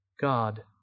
God